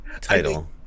title